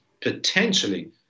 potentially